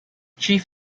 chief